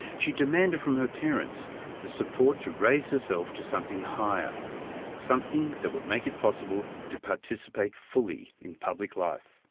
she demanded from her parents the support to raise herself to something higher something that would make it possible to participate fully in public life.